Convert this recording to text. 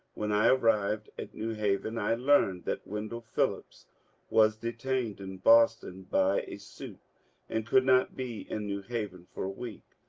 when i arrived at new haven i learned that wendell phil lips was detained in boston by a suit and could not be in new haven for a week.